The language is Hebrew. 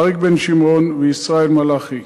אריק בן-שמעון וישראל מלאכי.